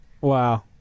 Wow